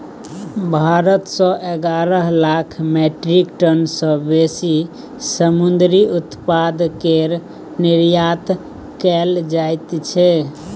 भारत सँ एगारह lakh metric tonne सँ बेसी समुंदरी उत्पाद केर निर्यात कएल जाइ छै